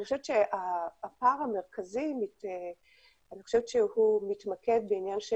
אני חושבת שהפער המרכזי מתמקד בעניין של